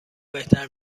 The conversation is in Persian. بهتر